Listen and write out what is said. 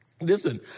Listen